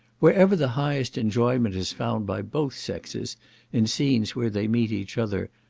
wherever the highest enjoyment is found by both sexes in scenes where they meet each other,